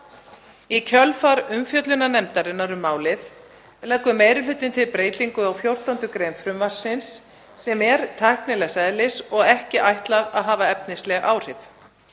Í kjölfar umfjöllunar nefndarinnar um málið leggur meiri hlutinn til breytingu á 14. gr. frumvarpsins sem er tæknilegs eðlis og ekki ætlað að hafa efnisleg áhrif.